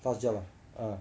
Fastjobs ah ah